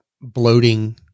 bloating